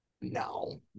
No